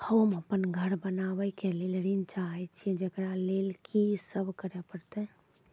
होम अपन घर बनाबै के लेल ऋण चाहे छिये, जेकरा लेल कि सब करें परतै?